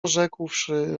rzekłszy